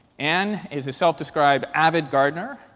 and is a self-described avid gardener,